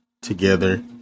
Together